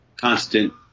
constant